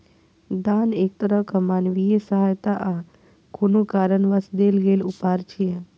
दान एक तरहक मानवीय सहायता आ कोनो कारणवश देल गेल उपहार छियै